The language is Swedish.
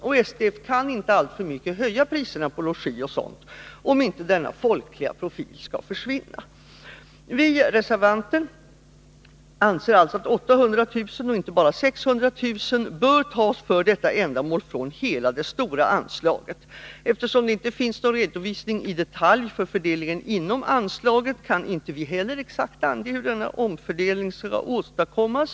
Och STF kan inte alltför mycket höja priserna på logi och annat, för att inte denna folkliga profil skall försvinna. Vi reservanter anser alltså att 800 000 kr. och inte bara 600 000 kr. bör tas för detta ändamål från hela det stora anslaget. Eftersom det inte finns någon redovisning i detalj för fördelningen inom anslaget kan vi inte exakt ange hur omfördelningen skall åstadkommas.